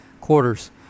quarters